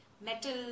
metal